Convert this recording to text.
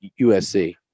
USC